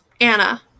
Anna